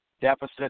deficit